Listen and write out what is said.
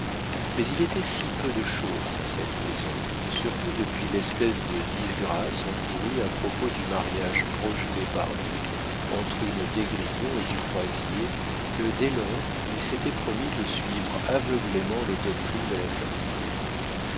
mais il était si peu de chose dans cette maison surtout depuis l'espèce de disgrâce encourue à propos du mariage projeté par lui entre une d'esgrignon et du croisier que dès lors il s'était promis de suivre aveuglément les doctrines de la famille